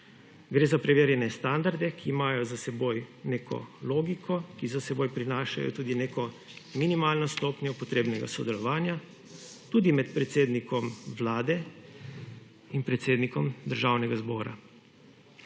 Gre za preverjene standarde, ki imajo za seboj neko logiko, ki za seboj prinašajo tudi neko minimalno stopnjo potrebnega sodelovanja, tudi med predsednikom Vlade in predsednikom Državnega zbora.